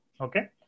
Okay